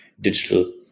digital